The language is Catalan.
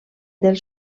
del